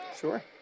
Sure